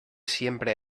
siempre